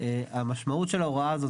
המשמעות של ההוראה זאת,